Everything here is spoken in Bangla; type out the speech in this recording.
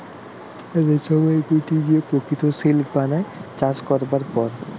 রেশমের গুটি যে প্রকৃত সিল্ক বানায় চাষ করবার পর